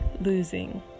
losing